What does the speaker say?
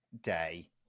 day